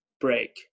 break